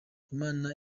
imana